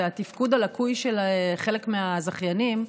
התפקוד הלקוי של חלק מהזכיינים,